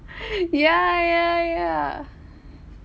ya ya ya